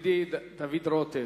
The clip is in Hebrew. ידידי דוד רותם,